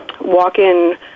walk-in